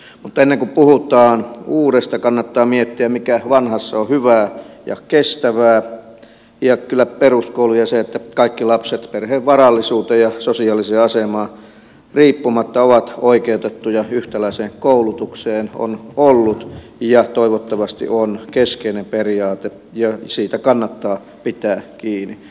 mutta ennen kuin puhutaan uudesta kannattaa miettiä mikä vanhassa on hyvää ja kestävää ja kyllä peruskoulu ja se että kaikki lapset perheen varallisuudesta ja sosiaalisesta asemasta riippumatta ovat oikeutettuja yhtäläiseen koulutukseen on ollut ja toivottavasti on keskeinen periaate ja siitä kannattaa pitää kiinni